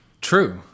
True